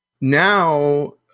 Now